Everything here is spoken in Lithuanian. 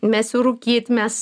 mesiu rūkyt mes